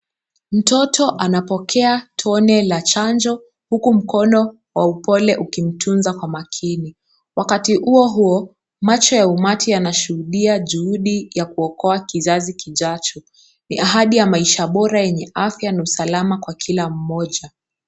Mtoto anapokea tone la chanjo huku mkono wa upole ukimtunza kwa makini, wakati huo huo macho ya umati yanashuhudia juhudi ya kuokoa kizazi kijajo ,,ni ahadi ya maisha bora yenye afya na usalama kwa kila mmoja.